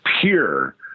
pure